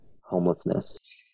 homelessness